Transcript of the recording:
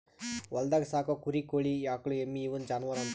ಹೊಲ್ದಾಗ್ ಸಾಕೋ ಕುರಿ ಕೋಳಿ ಆಕುಳ್ ಎಮ್ಮಿ ಇವುನ್ ಜಾನುವರ್ ಅಂತಾರ್